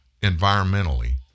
environmentally